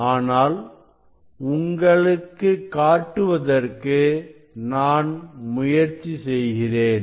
ஆனால் உங்களுக்கு காட்டுவதற்கு நான் முயற்சி செய்கிறேன்